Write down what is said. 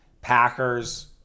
Packers